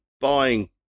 buying